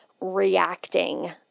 reacting